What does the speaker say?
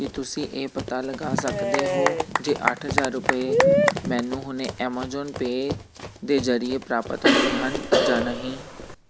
ਕੀ ਤੁਸੀਂਂ ਇਹ ਪਤਾ ਲਗਾ ਸਕਦੇ ਹੋ ਜੇ ਅੱਠ ਹਜ਼ਾਰ ਰੁਪਏ ਮੈਨੂੰ ਹੁਣੇ ਐਮਾਜ਼ਾਨ ਪੇ ਦੇ ਜ਼ਰੀਏ ਪ੍ਰਾਪਤ ਹੋਏ ਹਨ ਜਾਂ ਨਹੀਂ